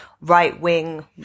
right-wing